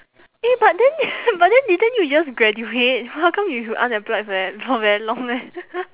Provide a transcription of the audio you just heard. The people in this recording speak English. eh but then but then didn't you just graduate how come you unemployed for ve~ for very long meh